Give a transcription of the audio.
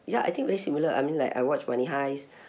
ya I think very similar I mean like I watch money heist